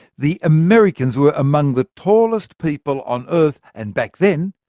the americans were among the tallest people on earth, and back then,